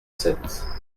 sept